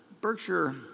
Berkshire